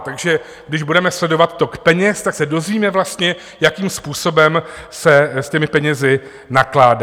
Takže když budeme sledovat tok peněz, tak se dozvíme vlastně, jakým způsobem se s těmi penězi nakládá.